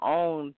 own